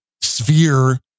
sphere